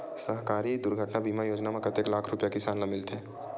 सहकारी दुर्घटना बीमा योजना म कतेक लाख रुपिया किसान ल मिलथे?